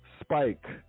spike